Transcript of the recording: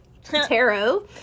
tarot